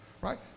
right